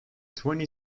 twenty